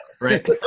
right